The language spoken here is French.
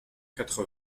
quatre